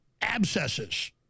abscesses